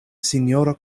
sinjoro